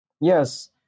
Yes